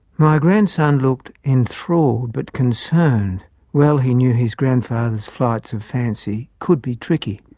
my grandson looked enthralled, but concerned well he knew his grandfather's flights of fancy could be tricky.